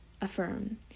affirm